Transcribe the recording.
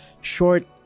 short